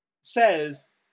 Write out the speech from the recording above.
says